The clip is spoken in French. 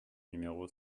numéro